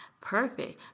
perfect